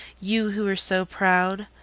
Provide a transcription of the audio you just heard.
you who were so proud!